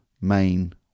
main